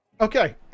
Okay